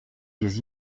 des